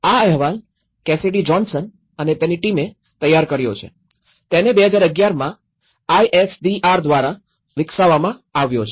આ અહેવાલ Cassidy Johnson અને તેની ટીમે તૈયાર કર્યો છે તેને ૨૦૧૧માં આ આઈએસડીઆર દ્વારા વિકસાવવામાં આવ્યો છે